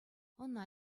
ӑна